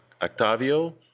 Octavio